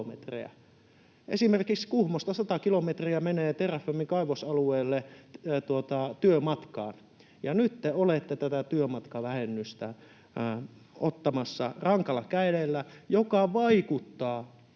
esimerkiksi Kuhmosta menee sata kilometriä työmatkaan Terrafamen kaivosalueelle — niin nyt te olette tätä työmatkavähennystä ottamassa rankalla kädellä, mikä vaikuttaa